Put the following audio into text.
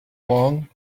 along